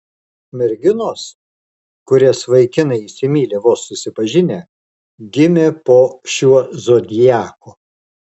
merginos kurias vaikinai įsimyli vos susipažinę gimė po šiuo zodiaku